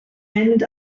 end